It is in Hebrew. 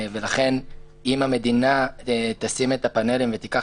ולכן אם המדינה תשים את הפאנלים ותיקח